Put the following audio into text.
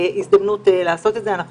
לובי המיליון, בבקשה.